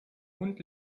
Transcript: hund